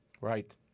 Right